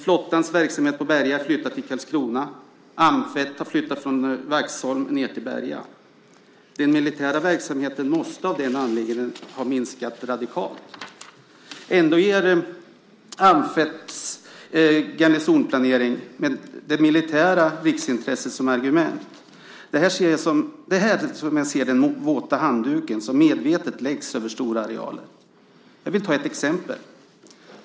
Flottans verksamhet på Berga är flyttad till Karlskrona. Amf 1 har flyttat från Vaxholm till Berga. Den militära verksamheten måste av den anledningen ha minskat radikalt. Ändå använder Amf 1:s garnisonsplanering det militära riksintresset som argument. Det är här som jag ser den våta handduken som medvetet läggs över stora arealer. Jag vill ta ett exempel.